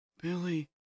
Billy